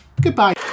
Goodbye